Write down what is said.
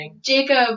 Jacob